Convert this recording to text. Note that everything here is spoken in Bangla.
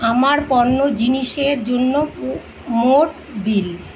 আমার পণ্য জিনিসের জন্য মোট বিল